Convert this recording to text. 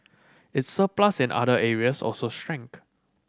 its surplus in other areas also shrank